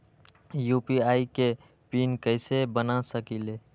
UPI के PIN कैसे बना सकीले?